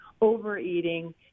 overeating